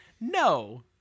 no